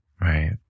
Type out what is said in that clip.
right